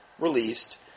released